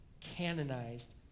canonized